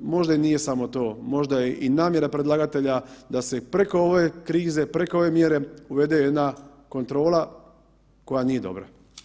možda i nije samo to, možda je i namjera predlagatelja da se preko ove krize, preko ove mjere uvede jedna kontrola koja nije dobra.